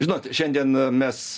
žinot šiandien mes